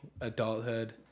adulthood